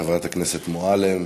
חברת הכנסת מועלם,